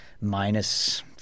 minus